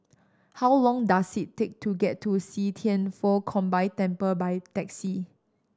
how long does it take to get to See Thian Foh Combined Temple by taxi